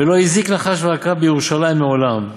ולא הזיק נחש ועקרב בירושלים מעולם,